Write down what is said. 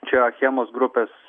čia achemos grupės